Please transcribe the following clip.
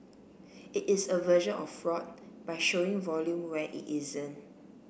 it is a version of fraud by showing volume where it isn't